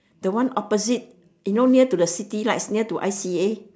the one opposite you know near to the city right it's near to I_C_A